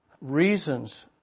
reasons